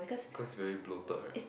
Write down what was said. cause very bloated right